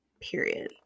period